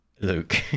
Luke